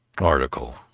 article